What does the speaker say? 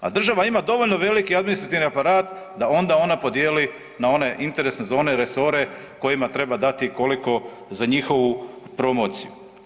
A država ima dovoljno veliki administrativni aparat da onda ona podijeli na one interesne zone, resore kojima treba dati i koliko za njihovu promociju.